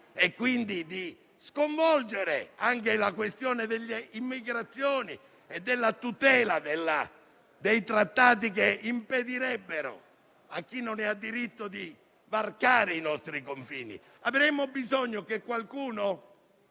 e quindi di sconvolgere anche la questione delle migrazioni e della tutela dei trattati che impedirebbero a chi non ne ha diritto di varcare i nostri confini. Avremmo bisogno che qualcuno